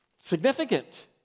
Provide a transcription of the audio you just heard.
Significant